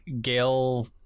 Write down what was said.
gail